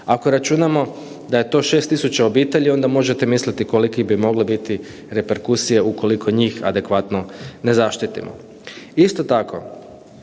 Ako računamo da je to 6 tisuća obitelji, onda možete misliti kolike bi mogle biti reperkusije ukoliko njih adekvatno ne zaštitimo. Isto tako,